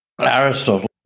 Aristotle